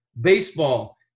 baseball